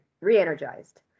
re-energized